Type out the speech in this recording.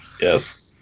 Yes